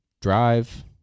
drive